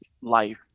life